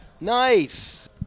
Nice